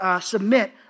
submit